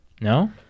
No